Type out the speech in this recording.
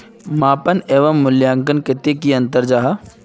मापन एवं मूल्यांकन कतेक की अंतर जाहा?